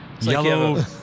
Yellow